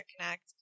Connect